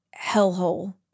hellhole